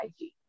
ig